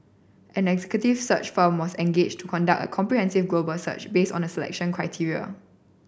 an executive search firm was engaged to conduct a comprehensive global search based on the selection criteria